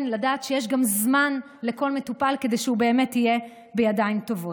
ולדעת שיש גם זמן לכל מטופל כדי שהוא באמת יהיה בידיים טובות.